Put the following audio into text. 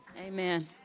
Amen